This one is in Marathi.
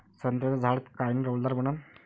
संत्र्याचं झाड कायनं डौलदार बनन?